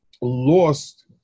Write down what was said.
lost